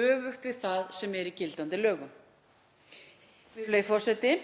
öfugt við það sem við á í gildandi lögum. Virðulegi forseti.